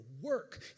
work